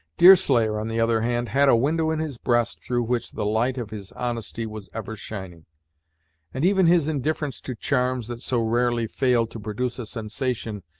deerslayer, on the other hand, had a window in his breast through which the light of his honesty was ever shining and even his indifference to charms that so rarely failed to produce a sensation,